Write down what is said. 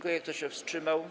Kto się wstrzymał?